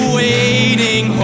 waiting